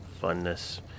funness